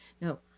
No